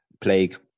Plague